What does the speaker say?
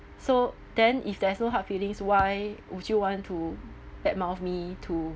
so then if there is no hard feelings why would you want to bad mouth me to